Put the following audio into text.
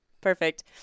Perfect